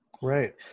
Right